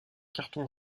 carton